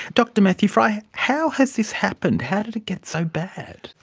dr matthew frei, how has this happened? how did it get so bad?